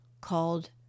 called